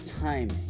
timing